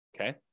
Okay